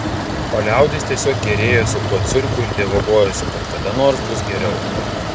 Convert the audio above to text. o liaudis tiesiog gėrėjosi tuo cirku ir dievagojosi kad kada nors bus geriau